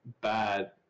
bad